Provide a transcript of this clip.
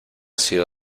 sido